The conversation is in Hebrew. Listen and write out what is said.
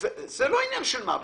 זה לא עניין של מה בכך.